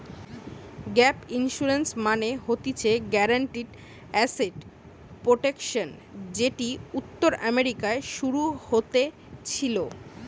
gap insurance মানে হতিছে guaranteed asset protection যেটি উত্তর আমেরিকায় শুরু হতেছিলো